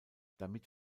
damit